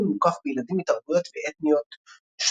מוקף בילדים מתרבויות ואתניות שונות.